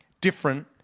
different